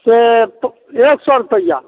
सेऽ तऽ एक सए रुपैआ